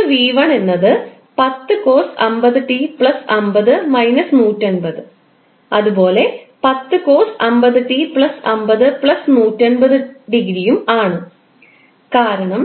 ഒന്ന് 𝑣1 എന്നത് 10 cos 50𝑡 50 180 അതുപോലെ 10 cos 50𝑡 50 180 യും ആണ് കാരണം